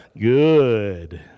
good